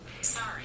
Sorry